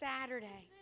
Saturday